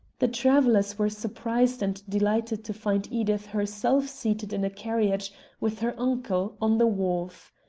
the travellers were surprised and delighted to find edith herself seated in a carriage with her uncle on the wharf.